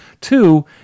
Two